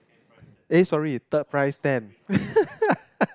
eh sorry third prize ten